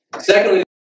Secondly